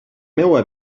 meua